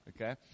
Okay